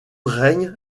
règne